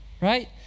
right